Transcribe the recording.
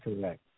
correct